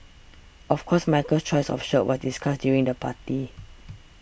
of course Michael's choice of shirt was discussed during the party